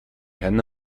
henne